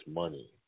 money